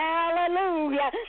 Hallelujah